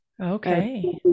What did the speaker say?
Okay